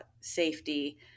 safety